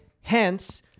hence